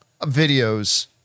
videos